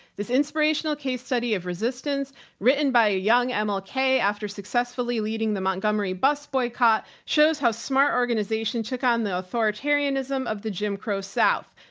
this inspirational case study of resistance written by a young um mlk after successfully leading the montgomery bus boycott shows how smart organization took on the authoritarianism of the jim crow south.